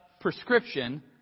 prescription